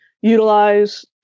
utilize